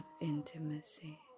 intimacy